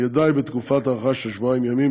שיהיה די בתקופת הארכה של שבועיים ימים